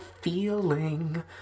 feeling